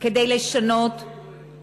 כדי לשנות,